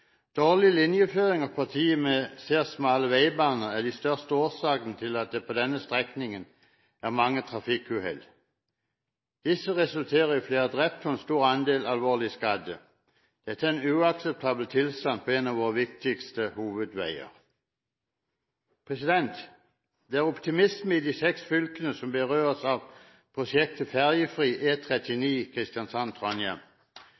Dårlig linjeføring og partier med særs smale veibaner er de største årsakene til at det på denne strekningen er mange trafikkuhell. Disse resulterer i flere drepte og en stor andel alvorlig skadde. Dette er en uakseptabel tilstand på en av våre viktigste hovedveier. Det er optimisme i de seks fylkene som berøres av prosjektet